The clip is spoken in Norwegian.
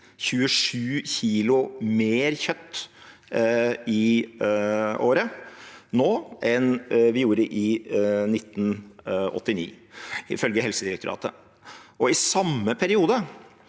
27 kg mer kjøtt i året nå enn vi gjorde i 1989, ifølge Helsedirektoratet. I samme periode